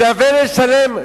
שווה לשלם.